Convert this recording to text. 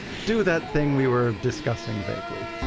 do that thing we were discussing vaguely